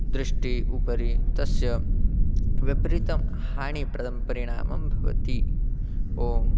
दृष्टि उपरि तस्य विपरीतं हानिप्रदः परिणामः भवति ओम्